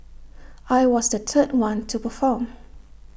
I was the third one to perform